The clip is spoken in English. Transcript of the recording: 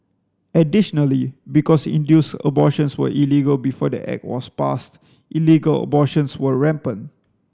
additionally because induced abortions were illegal before the act was passed illegal abortions were rampant